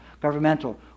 governmental